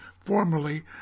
formerly